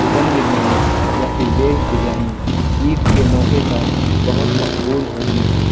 chicken biryani یا پھر veg biryani Eid کے موقعے پر بہت مقبول ہوتی ہے